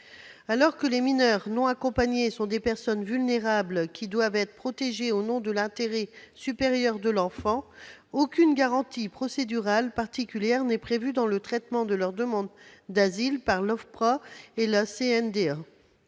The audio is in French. Alors que les mineurs non accompagnés sont des personnes vulnérables qui doivent être protégées au nom de l'intérêt supérieur de l'enfant, aucune garantie procédurale particulière n'est prévue dans le traitement de leur demande d'asile par l'OFPRA et la CNDA.